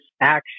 action